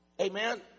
Amen